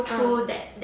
ah